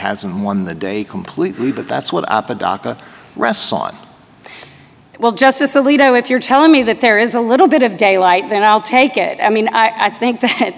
hasn't won the day completely but that's what up at dhaka rests on well justice alito if you're telling me that there is a little bit of daylight then i'll take it i mean i think that